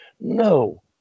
No